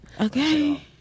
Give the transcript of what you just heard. Okay